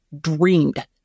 dreamed